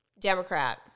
Democrat